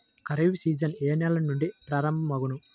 Kharif season ఏ నెల నుండి ప్రారంభం అగును?